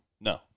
No